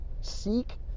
seek